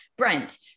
Brent